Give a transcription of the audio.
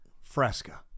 Fresca